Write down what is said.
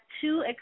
two